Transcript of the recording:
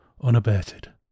unabated